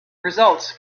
results